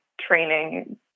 training